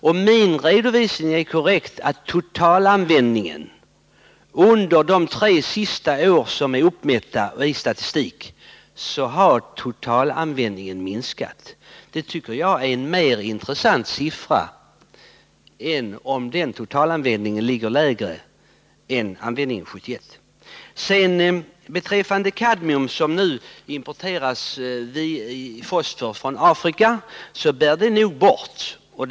Men min redovisning — att totalanvändningen har minskat under de tre senaste år som det finns statistik från — är också korrekt. Det tycker jag är mer intressant än om användningen ligger lägre än 1971. Beträffande kadmium, som nu importeras i fosfor från Afrika, vill jag säga att det bör bort.